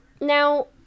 Now